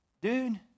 Dude